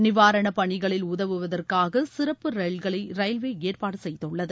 நிவாரண பணிகளில் உதவுவதற்காக சிறப்பு ரயில்களை ரயில்வே ஏற்பாடு செய்துள்ளது